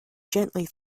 gently